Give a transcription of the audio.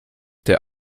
der